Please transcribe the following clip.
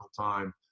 time